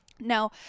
Now